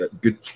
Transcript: good